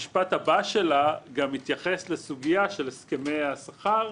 והמשפט הבא שלה גם התייחס לסוגיה של הסכמי השכר,